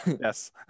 yes